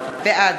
בעד